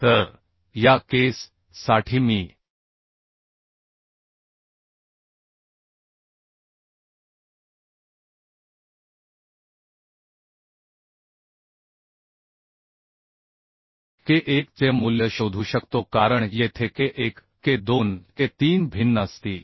तर या केस साठी मी K 1 चे मूल्य शोधू शकतो कारण येथे K1 K 2K 3 भिन्न असतील